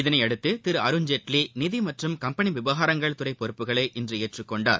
இதனை அடுத்து திரு அருண்ஜேட்லி நிதி மற்றும் கம்பெனி விவகாரங்கள் துறை பொறப்புகளை இன்று ஏற்றுக்கொண்டார்